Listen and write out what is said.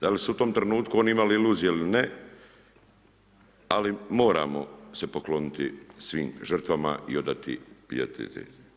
Da li su u tom trenutku oni iluzije ili ne, ali moramo se pokloniti svim žrtvama i odati pijatet.